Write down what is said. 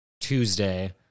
Tuesday